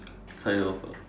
kind of ah